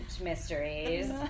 mysteries